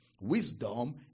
Wisdom